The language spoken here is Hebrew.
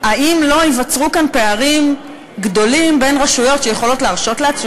אם לא ייווצרו כאן פערים גדולים בין רשויות שיכולות להרשות לעצמן,